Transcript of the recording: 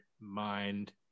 mind